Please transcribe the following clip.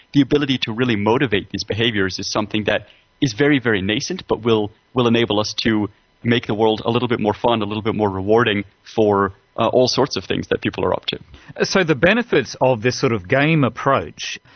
the ability to really motivate these behaviours is something that is very, very nascent but will will enable us to make the world a little bit more fun, a little bit more rewarding for all sorts of things that people are up to. ah so the benefits of this sort of game approach,